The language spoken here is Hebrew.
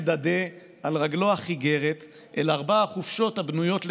מדדה על רגלו החיגרת / אל ארבע החופשות הבנויות לתפארת,